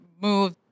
move